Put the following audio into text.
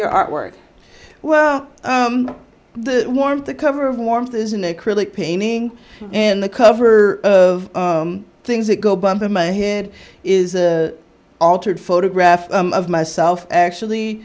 your artwork well the warmth the cover of warmth is an acrylic painting in the cover of things that go bump in my head is an altered photograph of myself actually